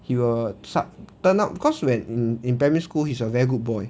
he will sup~ turn up cause when in primary school he's a very good boy